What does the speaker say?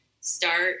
Start